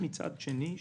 מצד שני אנחנו יודעים